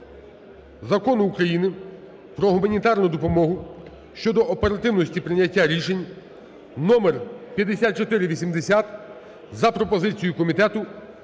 Закону України "Про гуманітарну допомогу" (щодо оперативності прийняття рішень) (номер 5480) за пропозицією комітету